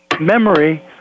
memory